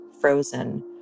frozen